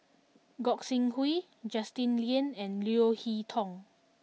Gog Sing Hooi Justin Lean and Leo Hee Tong